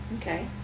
Okay